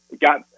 Got